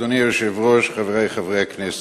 אדוני היושב-ראש, חברי חברי הכנסת,